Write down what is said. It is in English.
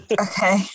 Okay